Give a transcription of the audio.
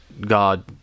God